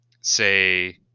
say